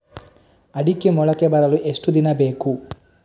ಅಡಿಕೆ ಮೊಳಕೆ ಬರಲು ಎಷ್ಟು ದಿನ ಬೇಕು?